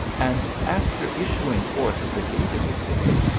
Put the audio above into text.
and, after issuing forth at the gate of the city,